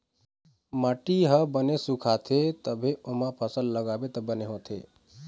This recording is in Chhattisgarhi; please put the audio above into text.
माटी ह बने सुखाथे तभे ओमा फसल लगाबे त बने होथे